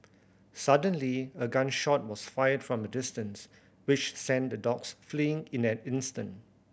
suddenly a gun shot was fired from a distance which sent the dogs fleeing in an instant